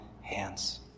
hands